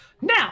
Now